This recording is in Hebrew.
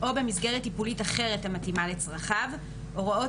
או במסגרת טיפולית אחרת המתאימה לצרכיו; הוראות